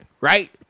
right